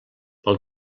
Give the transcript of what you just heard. pel